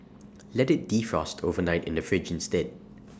let IT defrost overnight in the fridge instead